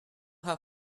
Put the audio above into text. how